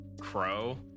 crow